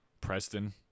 Preston